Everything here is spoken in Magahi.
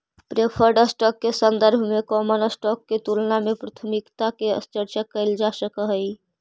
प्रेफर्ड स्टॉक के संदर्भ में कॉमन स्टॉक के तुलना में प्राथमिकता के चर्चा कैइल जा सकऽ हई